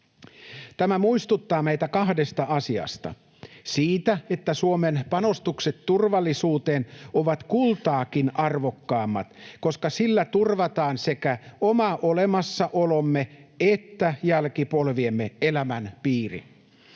Tämä muistuttaa meitä kahdesta asiasta: siitä, että Suomen panostukset turvallisuuteen ovat kultaakin arvokkaammat, koska niillä turvataan sekä oma olemassaolomme että jälkipolviemme elämänpiiri.